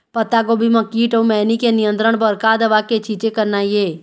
पत्तागोभी म कीट अऊ मैनी के नियंत्रण बर का दवा के छींचे करना ये?